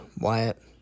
Wyatt